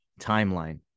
timeline